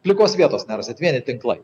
plikos vietos nerasit vieni tinklai